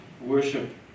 worship